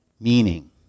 meaning